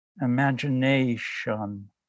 imagination